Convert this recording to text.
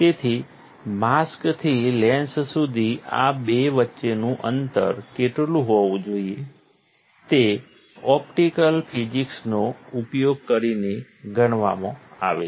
તેથી માસ્કથી લેન્સ સુધી આ બે વચ્ચેનું અંતર કેટલું હોવું જોઈએ તે ઓપ્ટિકલ ફિઝિક્સનો ઉપયોગ કરીને ગણવામાં આવે છે